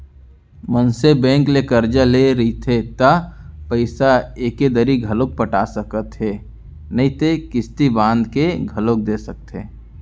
मनसे बेंक ले करजा ले रहिथे त पइसा एके दरी घलौ पटा सकत हे नइते किस्ती बांध के घलोक दे सकथे